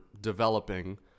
developing